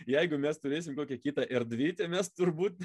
jeigu mes turėsim kokią kita erdvę mes turbūt